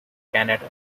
canada